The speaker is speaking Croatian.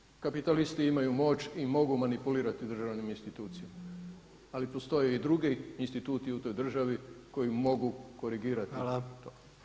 U Americi kapitalisti imaju moć i mogu manipulirati državnim institucijama ali postoje i drugi instituti u toj državi koji mogu korigirati to.